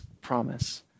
promise